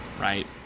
right